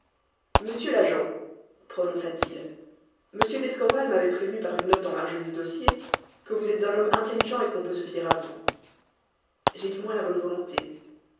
monsieur l'agent prononça-t-il monsieur d'escorval m'avait prévenu par une note en marge du dossier que vous êtes un homme intelligent et qu'on peut se fier à vous j'ai du moins la bonne volonté